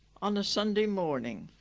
on a sunday morning